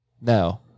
No